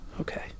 Okay